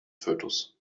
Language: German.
fötus